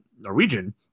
Norwegian